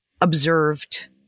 observed